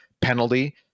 penalty